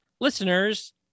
listeners